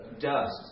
dust